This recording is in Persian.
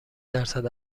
درصد